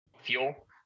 fuel